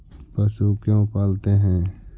पशु क्यों पालते हैं?